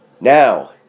Now